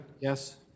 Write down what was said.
Yes